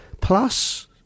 plus